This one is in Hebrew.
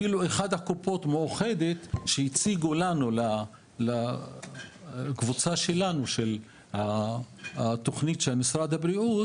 אפילו קופת חולים מאוחדת שהציגה את הקבוצה שלנו בתוכנית של משרד הבריאות